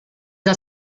del